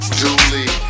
duly